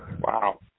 Wow